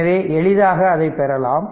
எனவே எளிதாக அதைப் பெறலாம்